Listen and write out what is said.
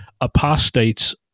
apostates